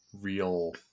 real